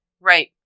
right